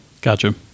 Gotcha